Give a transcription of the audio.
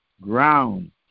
ground